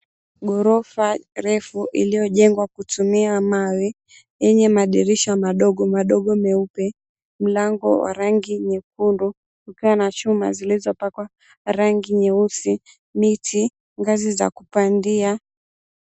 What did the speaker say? Ghorofa refu iliyojengwa kutumia mawe, yenye madirisha madogo madogo, meupe. Mlango wa rangi nyekundu, ukiwa na chuma zilizopakwa rangi nyeusi, miti, ngazi za kupandia.